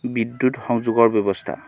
বিদ্যুত সংযোগৰ ব্যৱস্থা